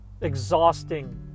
exhausting